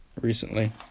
recently